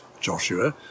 Joshua